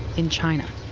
in china.